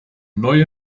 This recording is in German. neue